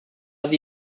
sie